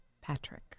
Patrick